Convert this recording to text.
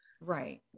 right